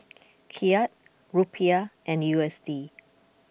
Kyat Rupiah and U S D